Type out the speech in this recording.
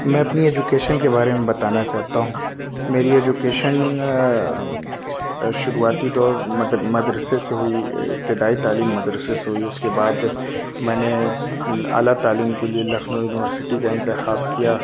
میں اپنی ایجوکیشن کے بارے میں بتانا چاہتا ہوں میری ایجوکیشن شروعاتی دور مدر مدرسے سے ہوئی ابتدائی تعلیم مدرسے سے ہوئی اس کے بعد میں نے اعلیٰ تعلیم کے لیے لکھنؤ یونیورسٹی کا انتخاب کیا